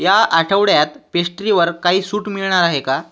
या आठवड्यात पेश्ट्रीवर काही सूट मिळणार आहे का